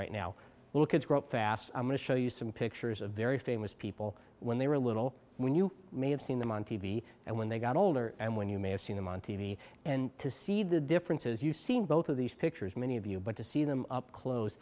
right now little kids grow up fast i'm going to show you some pictures of very famous people when they were little when you may have seen them on t v and when they got older and when you may have seen them on t v and to see the differences you seen both of these pictures many of you but to see them up close